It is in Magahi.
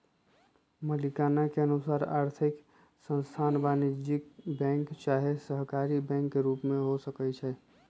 मलिकाना के अनुसार आर्थिक संस्थान वाणिज्यिक बैंक चाहे सहकारी बैंक के रूप में हो सकइ छै